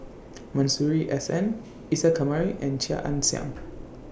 Masuri S N Isa Kamari and Chia Ann Siang